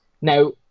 Now